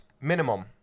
minimum